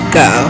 go